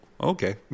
Okay